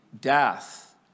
death